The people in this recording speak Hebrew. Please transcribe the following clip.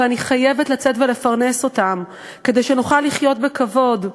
ואני חייבת לצאת ולפרנס אותם כדי שנוכל לחיות בכבוד.